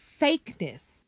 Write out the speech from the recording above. fakeness